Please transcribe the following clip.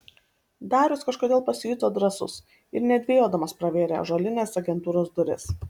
darius kažkodėl pasijuto drąsus ir nedvejodamas pravėrė ąžuolines agentūros duris